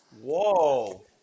Whoa